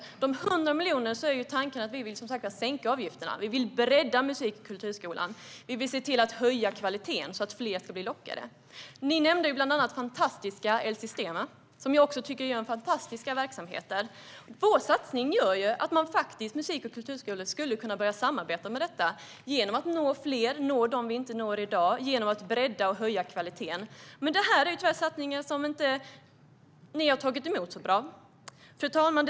Tanken med de 100 miljonerna är att vi vill sänka avgifterna. Vi vill bredda musik och kulturskolan. Vi vill höja kvaliteten så att fler ska bli lockade. Ni nämnde bland annat fantastiska El Sistema, som jag också tycker är en fantastisk verksamhet. Vår satsning gör ju att musik och kulturskolor skulle kunna börja samarbeta med detta genom att nå fler, nå dem vi inte når i dag, och genom att bredda och höja kvaliteten. Men det här är tyvärr satsningar som ni inte har tagit emot så bra. Fru talman!